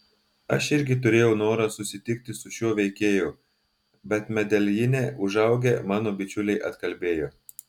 aš irgi turėjau norą susitikti su šiuo veikėju bet medeljine užaugę mano bičiuliai atkalbėjo